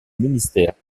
ministère